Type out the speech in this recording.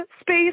space